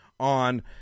on